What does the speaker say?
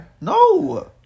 No